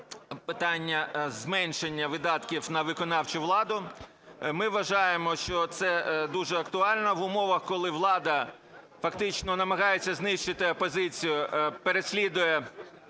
питання зменшення видатків на виконавчу владу. Ми вважаємо, що це дуже актуально в умовах, коли влада фактично намагається знищити опозицію, переслідуючи